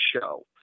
show